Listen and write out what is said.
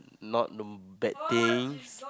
not the bad things